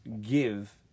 give